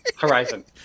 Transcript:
Horizon